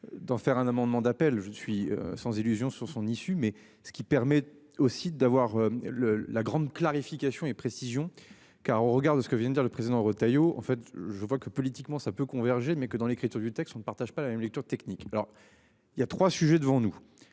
D'en faire un amendement d'appel je suis sans illusions sur son issue. Mais ce qui permet aussi d'avoir le, la grande clarifications et précisions car au regard de ce que vient dire le président Retailleau en fait je crois que politiquement ça peut converger mais que dans l'écriture du texte on ne partage pas la même lecture de technique. Alors il y a 3 sujets devant nous